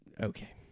Okay